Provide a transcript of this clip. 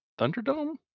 thunderdome